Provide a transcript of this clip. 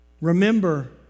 Remember